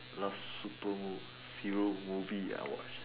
last super movie hero movie I watched